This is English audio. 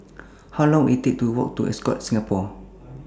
How Long Will IT Take to Walk to Ascott Singapore